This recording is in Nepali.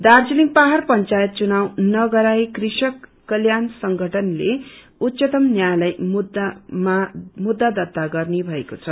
दार्जीलिङ पहाड़ पंचायत चुनाव नगराइए कृषक कल्याण संगठनले उच्चतम न्यायालयमामुद्धा दर्त्ता गर्ने भएको छ